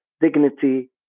dignity